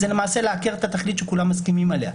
זה למעשה לעקר את התכלית שכולם מסכימים עליה.